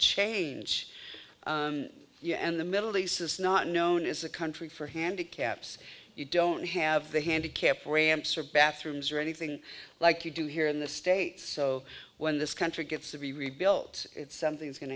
change you and the middle east is not known as a country for handicaps you don't have the handicapped ramps or bathrooms or anything like you do here in the states so when this country gets to be rebuilt it's something's go